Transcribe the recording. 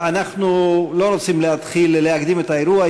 אנחנו לא רוצים להקדים את האירוע.